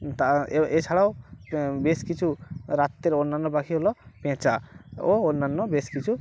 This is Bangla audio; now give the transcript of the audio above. তা এছাড়াও বেশ কিছু রাত্রের অন্যান্য পাখি হল পেঁচা ও অন্যান্য বেশ কিছু